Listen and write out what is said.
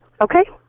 Okay